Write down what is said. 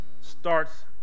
starts